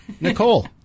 Nicole